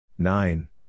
Nine